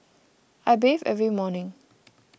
I bathe every morning